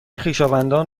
خویشاوندان